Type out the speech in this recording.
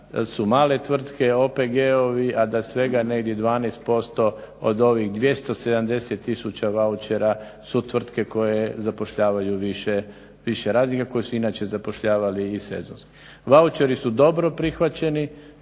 su male tvrtke, OPG-ovi a da svega negdje 12% od ovih 270 tisuća vaučera su tvrtke koje zapošljavaju više radnika koje su inače zapošljavali i sezonski. Vaučeri su dobro prihvaćeni,